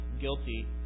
guilty